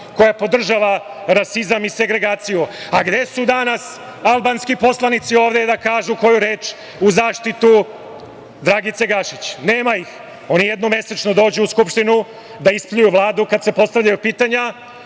koja podržava rasizam i segregaciju. Gde su danas albanski poslanici ovde da kažu koju reč u zaštitu Dragice Gašić? Nema ih. Oni jednom mesečno dođu u Skupštinu da ispljuju Vladu, kada se postavljaju pitanja,